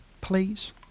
please